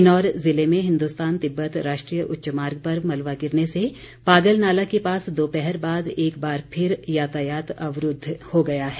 किन्नौर ज़िले में हिन्दुस्तान तिब्बत राष्ट्रीय उच्च मार्ग पर मलबा गिरने से पागलनाला के पास दोपहर बाद एक बार फिर यातायात अवरूद्व हो गया है